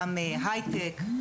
גם הייטק,